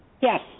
Yes